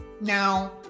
Now